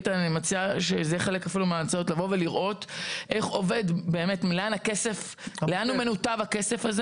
איתן, אני מציעה לבוא ולראות לאן מנותב הכסף הזה.